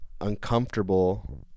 uncomfortable